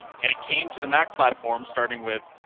and it came to the mac platform starting with